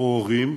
או הורים,